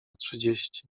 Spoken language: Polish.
trzydzieści